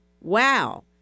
Wow